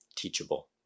Teachable